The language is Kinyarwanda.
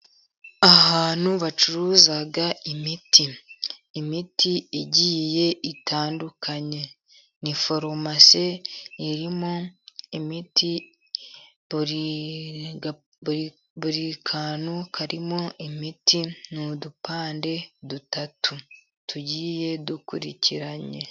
Ahantu bacuruza imiti. Imiti , igiye itandukanye . Ni farumasi irimo imiti . Buri kantu karimo imiti. Ni udupande dutatu tugiye dukurikiranye .